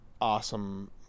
awesome